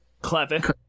clever